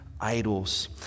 idols